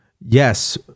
Yes